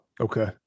Okay